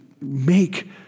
make